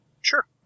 Sure